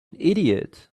idiot